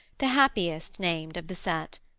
the happiest named of the set.